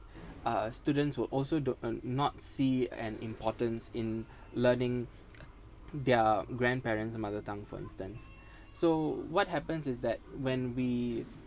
uh students will also do not see an importance in learning their grandparents' mother tongue for instance so what happens is that when we